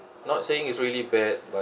not saying is really bad but